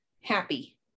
happy